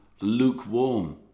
lukewarm